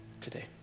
today